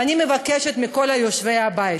ואני מבקשת מכל יושבי הבית: